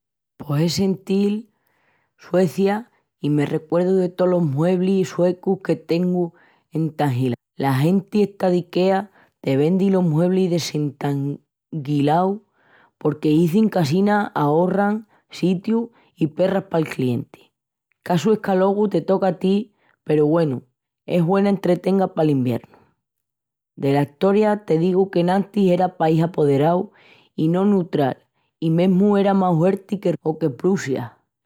Pos es sentil Suecia i me recuerdu de tolos mueblis suecus que tengu entangilaus. La genti esta d'Ikea te vendi los mueblis desentanguilaus porque izin que assina ahorran sitiu i perras pal clienti. Casu es qu'alogu te toca a ti peru, güenu, es güena entretenga pal iviernu. Dela Estoria te digu qu'enantis era país apoderau i no neutral i mesmu era más huerti que Russia o que Prussia.